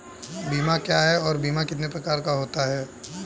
बीमा क्या है और बीमा कितने प्रकार का होता है?